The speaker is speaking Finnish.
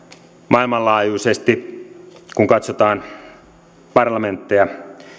maailmanlaajuisesti kun katsotaan parlamentteja